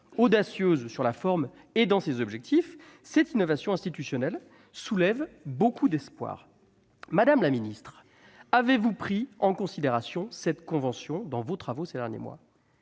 Audacieuse sur la forme et dans ses objectifs, cette innovation institutionnelle soulève beaucoup d'espoirs. Madame la ministre, avez-vous pris en considération dans vos travaux, ces derniers mois,